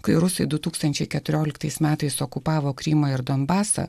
kai rusai du tūkstančiai keturioliktais metais okupavo krymą ir donbasą